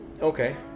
Okay